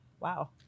wow